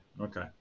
okay